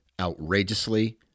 outrageously